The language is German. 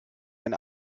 ein